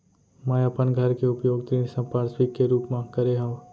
मै अपन घर के उपयोग ऋण संपार्श्विक के रूप मा करे हव